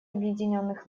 объединенных